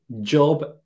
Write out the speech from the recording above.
job